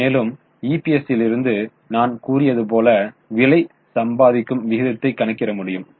மேலும் இபிஸிலிருந்து நான் கூறியதுபோல் விலை சம்பாதிக்கும் விகிதத்தை கணக்கிட முடியும்